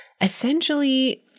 essentially